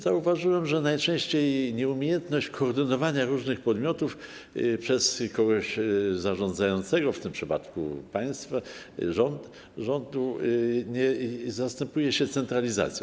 Zauważyłem, że najczęściej nieumiejętność koordynowania różnych podmiotów przez kogoś zarządzającego - w tym przypadku państwo, rząd - zastępuje się centralizacją.